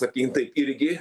sakykim taip irgi